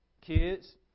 Kids